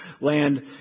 land